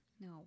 No